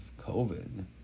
COVID